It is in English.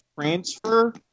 Transfer